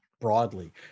broadly